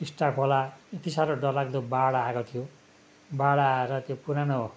टिस्टा खोला यति साह्रो डरलाग्दो बाढ आएको थियो बाढ आएर त्यो पुरानो